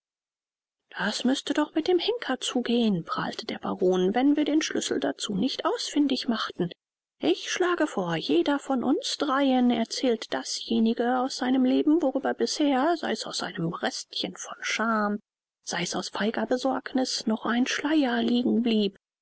das müßte doch mit dem henker zugehen prahlte der baron wenn wir den schlüssel dazu nicht ausfindig machten ich schlage vor jeder von uns dreien erzählt dasjenige aus seinem leben worüber bisher sei's aus einem restchen von scham sei's aus feiger besorgniß noch ein schleier liegen blieb